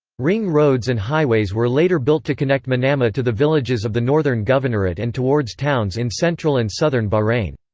ring roads and highways were later built to connect manama to the villages of the northern governorate and towards towns in central and southern bahrain.